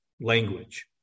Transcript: language